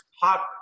hot